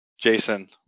Jason